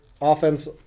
offense –